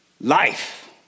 Life